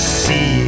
see